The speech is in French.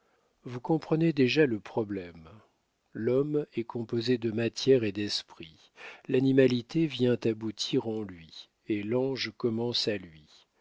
vous comprenez déjà le problème l'homme est composé de matière et d'esprit l'animalité vient aboutir en lui et l'ange commence à lui